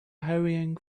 hurrying